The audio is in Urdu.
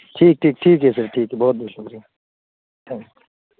ٹھیک ٹھیک ٹھیک ہے سر ٹھیک ہے بہت بہت شکریہ تھینک